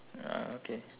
uh okay